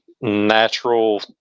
natural